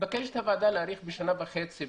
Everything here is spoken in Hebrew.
מתבקשת הוועדה להאריך בשנה וחצי,